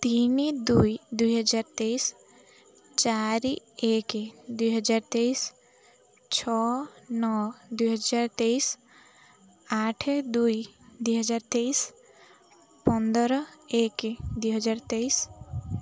ତିନି ଦୁଇ ଦୁଇ ହଜାର ତେଇଶ ଚାରି ଏକ ଦୁଇ ହଜାର ତେଇଶ ଛଅ ନଅ ଦୁଇ ହଜାର ତେଇଶ ଆଠ ଦୁଇ ଦୁଇ ହଜାର ତେଇଶ ପନ୍ଦର ଏକ ଦୁଇ ହଜାର ତେଇଶ